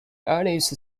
earliest